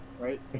right